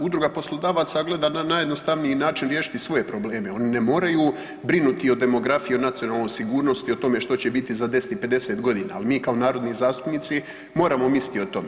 Udruga poslodavaca gleda na najjednostavniji način riješiti svoje probleme, oni ne moraju brinuti o demografiji i o nacionalnoj sigurnosti, o tome što će biti za 10 i 50.g., al mi kao narodni zastupnici moramo misliti o tome.